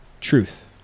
truth